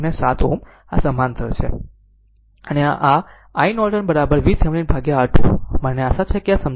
007 Ω આ સમાંતર છે અને iNorton VThevenin ભાગ્યા R2 મને આશા છે કે આ સમજી ગયું હશે